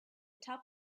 top